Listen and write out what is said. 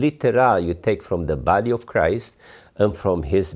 literal you take from the body of christ and from his